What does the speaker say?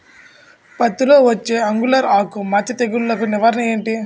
పత్తి లో వచ్చే ఆంగులర్ ఆకు మచ్చ తెగులు కు నివారణ ఎంటి?